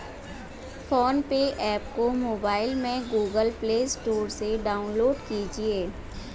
phone पे app को mobile में गूगल प्ले स्टोर से डाउनलोड कीजिए